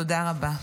תודה רבה.